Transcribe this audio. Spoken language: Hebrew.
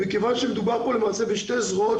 מכיוון שמדובר פה למעשה בשתי זרועות,